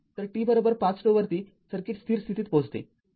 तर t५ζ वरती सर्किट स्थिर स्थितीत पोहचते